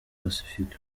pacific